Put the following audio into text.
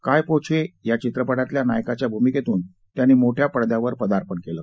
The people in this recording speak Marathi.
काय पो छे चित्रपटातल्या नायकाच्या भूमिकेतून त्यांनी मोठ्या पडद्यावर पदार्पण केलं